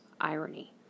irony